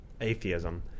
atheism